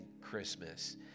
Christmas